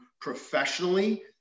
professionally